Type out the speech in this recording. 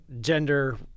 gender